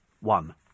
One